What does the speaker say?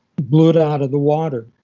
blew it out of the water.